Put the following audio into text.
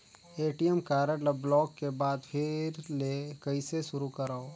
ATM card ल block के बाद फिर ले कइसे शुरू करव?